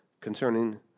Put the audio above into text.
concerning